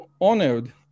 honored